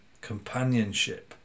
companionship